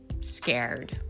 scared